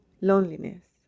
loneliness